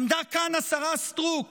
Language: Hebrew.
עמדה כאן השרה סטרוק